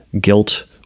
guilt